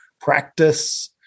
practice